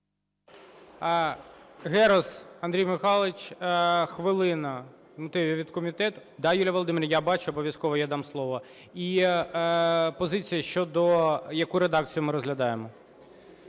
Герус Андрій Михайлович, хвилина – з мотивів від комітету. Да, Юлія Володимирівна, я бачу, обов'язково я дам слово. І позиція щодо яку редакцію ми розглядаємо.